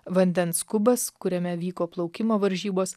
vandens kubas kuriame vyko plaukimo varžybos